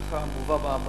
כך מובא,